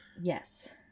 Yes